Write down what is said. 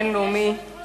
גברתי היושבת-ראש,